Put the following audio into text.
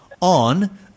on